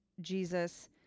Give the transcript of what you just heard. Jesus